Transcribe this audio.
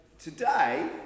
Today